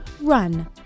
run